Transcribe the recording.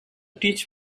teach